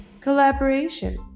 Collaboration